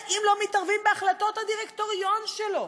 אם לא מתערבים בהחלטות הדירקטוריון שלו,